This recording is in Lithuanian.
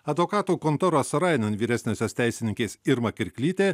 advokatų kontoros sorainen vyresniosios teisininkės irma kirklytė